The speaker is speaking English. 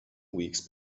weeks